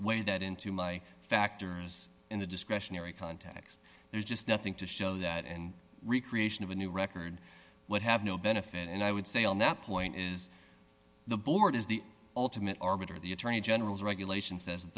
weigh that into my factors in the discretionary context there's just nothing to show that and recreate of a new record would have no benefit and i would say on that point is the board is the ultimate arbiter the attorney general's regulation